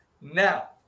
Now